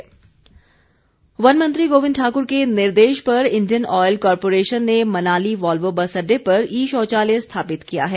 ई toilet वन मंत्री गोविंद ठाक्र के निर्देश पर इंडियन ऑयल कॉरपोरेशन ने मनाली वॉल्वो बस अड़डे पर ई शौचालय स्थापित किया है